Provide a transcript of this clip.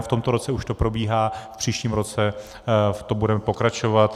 V tomto roce už to probíhá, v příštím roce v tom budeme pokračovat.